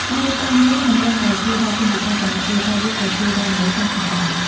ការរៀបចំនេះមិនត្រឹមតែជួយដល់ជនពិការប៉ុណ្ណោះទេ តែវាក៏ជួយដល់មនុស្សចាស់ផងដែរ។